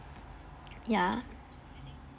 yeah